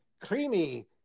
creamy